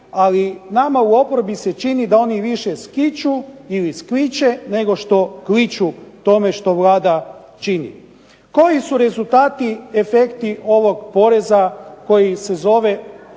Ali nama u oporbi se čini da oni više skiču ili skviče nego što kliču tome što Vlada čini. Koji su rezultati, efekti ovog poreza koji se zove